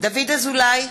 דוד אזולאי,